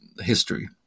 history